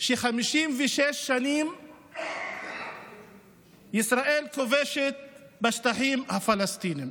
ש-56 שנים ישראל כובשת בשטחים הפלסטיניים.